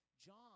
John